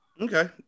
Okay